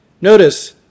Notice